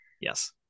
Yes